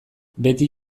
beti